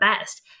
best